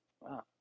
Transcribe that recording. Wow